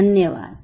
धन्यवाद